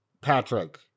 Patrick